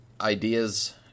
ideas